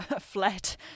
fled